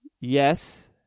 Yes